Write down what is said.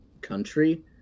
country